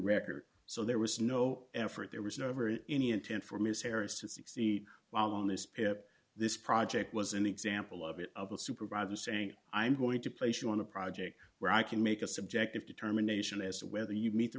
record so there was no effort there was never any intent for miss harris to succeed while on this pip this project was an example of it of the supervisor saying i'm going to place you want a project where i can make a subjective determination as to whether you meet the